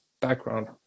background